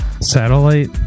satellite